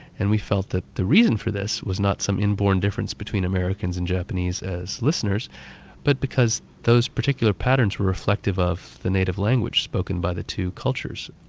and we felt the the reason for this was not some inborn difference between americans and japanese as listeners but because those particular patterns were reflective of the native language spoken by the two cultures.